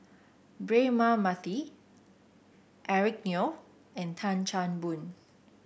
Braema Mathi Eric Neo and Tan Chan Boon